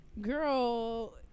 girl